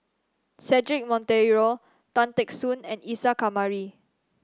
Cedric Monteiro Tan Teck Soon and Isa Kamari